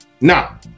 Now